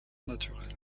naturelles